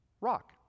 rock